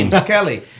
Kelly